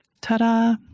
ta-da